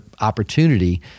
opportunity